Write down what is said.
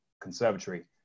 conservatory